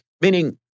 Meaning